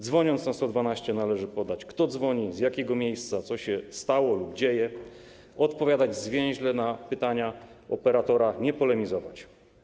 Dzwoniąc na numer 112, należy podać, kto dzwoni, z jakiego miejsca, co się stało lub dzieje, odpowiadać zwięźle na pytania operatora i nie polemizować.